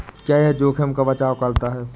क्या यह जोखिम का बचाओ करता है?